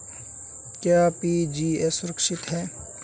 क्या जी.पी.ए सुरक्षित है?